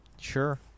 Sure